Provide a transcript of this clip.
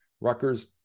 Rutgers